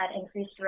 increased